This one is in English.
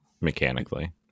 mechanically